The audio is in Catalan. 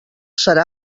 serà